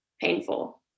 painful